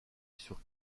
sur